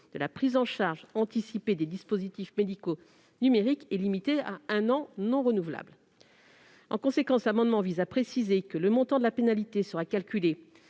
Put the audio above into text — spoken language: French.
de la prise en charge anticipée des dispositifs médicaux numériques est limitée à un an non renouvelable. En conséquence, l'amendement vise à préciser que le montant de la pénalité sera calculé